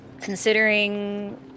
Considering